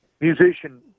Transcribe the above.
musician